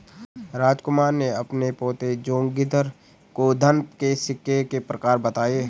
रामकुमार ने अपने पोते जोगिंदर को धन के सिक्के के प्रकार बताएं